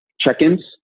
check-ins